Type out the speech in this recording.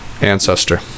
ancestor